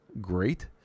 great